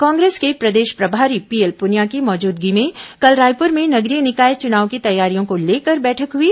कांग्रेस के प्रदेश प्राभारी पीएल पुनिया की मौजूदगी में कल रायपुर में नगरीय निकाय चुनाव की तैयारियों को लेकर बैठक हुई